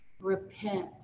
Repent